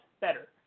better